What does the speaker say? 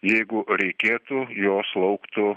jeigu reikėtų jos sulauktų